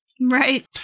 Right